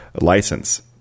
license